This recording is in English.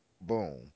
boom